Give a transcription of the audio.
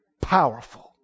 powerful